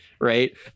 right